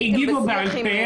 הייתם בשיח?